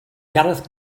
gareth